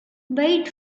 wait